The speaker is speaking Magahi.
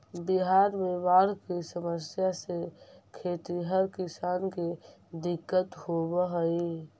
बिहार में बाढ़ के समस्या से खेतिहर किसान के दिक्कत होवऽ हइ